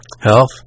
health